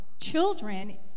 children